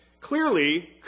Clearly